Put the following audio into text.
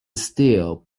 steel